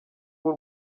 w’u